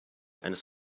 eines